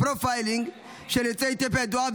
הפרופיילינג של יוצאי אתיופיה ידועה,